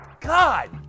God